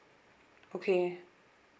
okay